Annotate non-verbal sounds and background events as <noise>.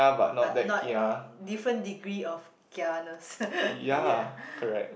but not <noise> different degree of kianess <laughs> ya